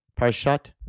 Parshat